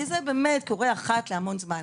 כי זה קורה אחת להמון זמן,